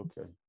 okay